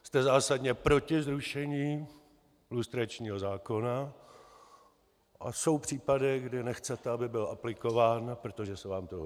Jste zásadně proti zrušení lustračního zákona, a jsou případy, kdy nechcete, aby byl aplikován, protože se vám to hodí.